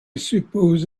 suppose